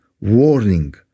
warning